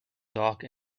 dark